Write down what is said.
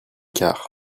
quart